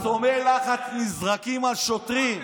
מחסומי לחץ נזרקים על שוטרים.